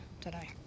today